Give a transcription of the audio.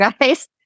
guys